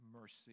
mercy